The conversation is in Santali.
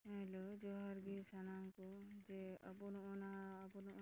ᱦᱮᱞᱳ ᱡᱚᱦᱟᱨ ᱜᱮ ᱥᱟᱱᱟᱢ ᱠᱚ ᱡᱮ ᱟᱵᱚ ᱱᱚᱜᱼᱚ ᱱᱟ ᱟᱵᱚ ᱱᱚᱜᱼᱚᱭ